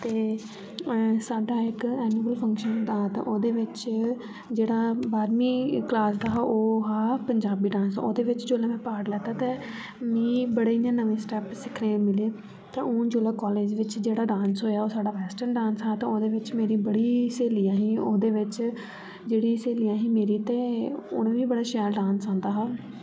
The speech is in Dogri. ते अ साढ़ा इक एनुअल फंक्शन होंदा हा ते औह्दे बिच जेह्ड़ा बारमी क्लास दा हा ओह् हा पंजाबी डांस ओह्दे बिच जोल्लै में पार्ट लैता ते मी बड़े इ'यां नमें स्टैप सिक्खने मिले ते हुन जोल्लै कालेज बिच जेह्ड़ा डांस होया ओह् साढ़ा इक वेस्टर्न डांस हा ओह्दे बिच मेरियां बड़ी सहेलियां ही ओह्दे बिच जेह्ड़ी सहेलियां ही मेरियां ते उने बी बड़ा शैल डांस आंदा हा